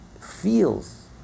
feels